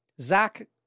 Zach